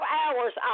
hours